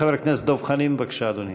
חבר הכנסת דב חנין, בבקשה, אדוני.